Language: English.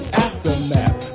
aftermath